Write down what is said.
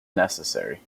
necessary